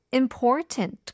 important